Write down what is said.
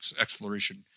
exploration